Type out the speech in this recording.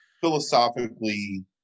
philosophically